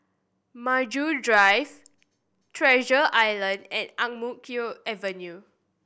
Maju Drive Treasure Island and Ang Mo Kio Avenue